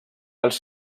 els